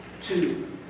two